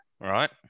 right